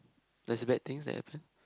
does the bad things there happen